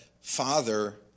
Father